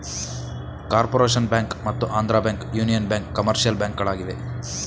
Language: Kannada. ಕಾರ್ಪೊರೇಷನ್ ಬ್ಯಾಂಕ್ ಮತ್ತು Andhra bank, union bank commercial ಬ್ಯಾಂಕ್ಗಳಾಗಿವೆ